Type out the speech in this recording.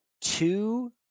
two